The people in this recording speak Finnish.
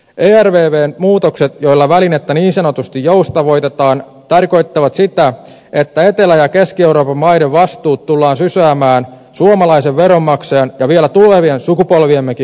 ervvn muutokset joilla välinettä niin sanotusti joustavoitetaan tarkoittavat sitä että etelä ja keski euroopan maiden vastuut tullaan sysäämään suomalaisen veronmaksajan ja vielä tulevienkin sukupol viemme harteille